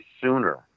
sooner